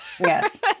Yes